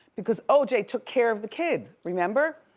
because o. j took care of the kids, remember.